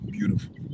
Beautiful